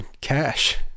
cash